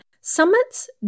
summits